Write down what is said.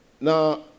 Now